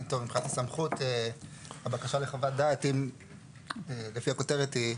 מבחינת הסמכות, הבקשה לחוות דעת, לפי הכותרת היא: